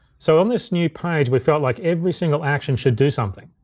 so on this new page, we felt like every single action should do something.